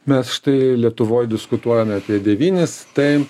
mes štai lietuvoj diskutuojame apie devynis tai